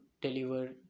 deliver